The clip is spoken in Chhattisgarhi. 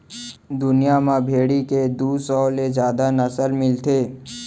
दुनिया म भेड़ी के दू सौ ले जादा नसल मिलथे